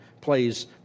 plays